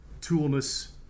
toolness